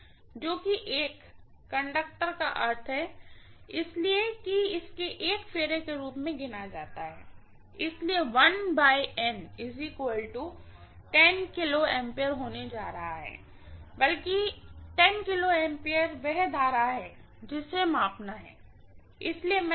एक कंडक्टर का अर्थ है कि इसे एक फेरे के रूप में गिना जाता है इसलिए यह होने जा रहा है बल्कि kA करंट वह करंट है जिससे मापना है इसलिए इसे मैं कहूँगी